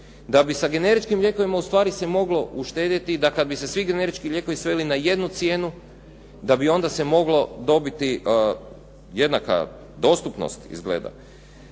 da bi sa generičkim lijekovima ustvari se moglo uštedjeti, da kad bi se svi generički lijekovi sveli na jednu cijenu da bi onda se moglo dobiti jednaka dostupnost izgleda